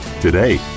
today